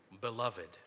beloved